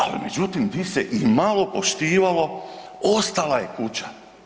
Ali međutim gdje se imalo poštivalo ostala je kuća.